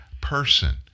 person